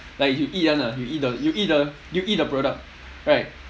like you eat [one] ah you eat the you eat the you eat the product right